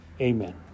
Amen